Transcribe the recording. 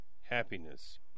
happiness